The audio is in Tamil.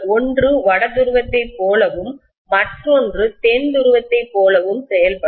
ஒன்று வட துருவத்தைப் போலவும் மற்றொன்று தென் துருவத்தைப் போலவும் செயல்படும்